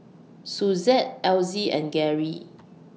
Suzette Elzy and Gary